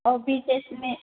और विशेष में